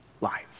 life